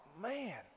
man